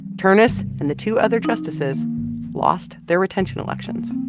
ternus and the two other justices lost their retention elections.